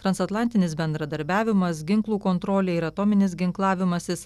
transatlantinis bendradarbiavimas ginklų kontrolė ir atominis ginklavimasis